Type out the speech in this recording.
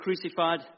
crucified